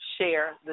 share